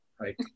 right